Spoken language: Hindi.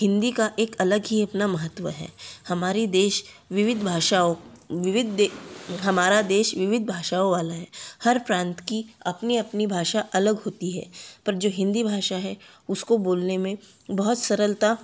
हिंदी का एक अलग ही अपना महत्व है हमारी देश विविध भाषाओं विविध दे हमारा देश विविध भाषाओं वाला है हर प्रांत की अपनी अपनी भाषा अलग होती है पर जो हिंदी भाषा है उसको बोलने में बहुत सरलता